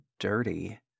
dirty